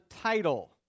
title